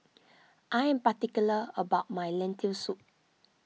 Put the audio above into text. I am particular about my Lentil Soup